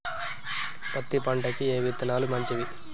పత్తి పంటకి ఏ విత్తనాలు మంచివి?